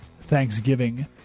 Thanksgiving